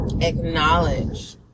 acknowledge